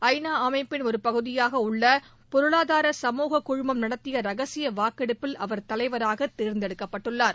ஐநா அமைப்பின் ஒரு பகுதியாக உள்ள பொருளாதார சமூக குழுமம் நடத்திய ரகசிய வாக்கெடுப்பில் அவர் தலைவராக தேர்ந்தெடுக்கப்பட்டுள்ளார்